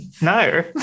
No